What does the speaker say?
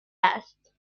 است